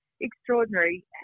extraordinary